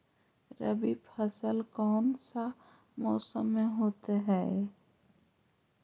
रवि फसल कौन सा मौसम में होते हैं?